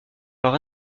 leurs